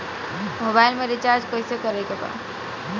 Mobile में recharge कइसे करे के बा?